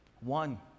one